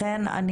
לכן,